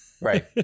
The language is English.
Right